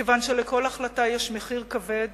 כיוון שלכל החלטה יש מחיר כבד